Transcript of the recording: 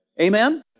Amen